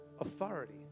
authority